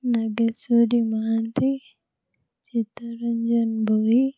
Nageswari Mohanty Chittaranjan Bhoi